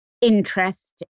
interest